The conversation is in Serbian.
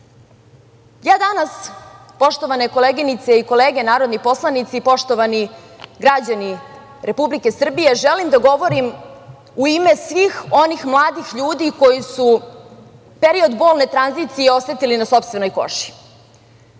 danas poštovane koleginice i kolege narodni poslanici, poštovani građani Republike Srbije želim da govorim u ime svih onih mladih ljudi koji su period bolne tranzicije osetili na sopstvenoj koži.